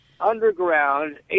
underground